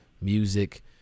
music